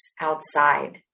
outside